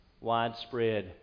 Widespread